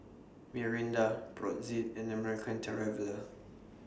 Mirinda Brotzeit and American Traveller